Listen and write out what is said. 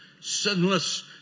sinless